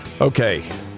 Okay